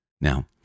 Now